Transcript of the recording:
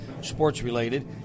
sports-related